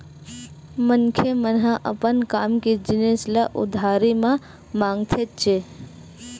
मनखे मन ह अपन काम के जिनिस ल उधारी म मांगथेच्चे